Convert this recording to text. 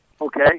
Okay